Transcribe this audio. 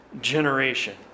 generation